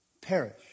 perish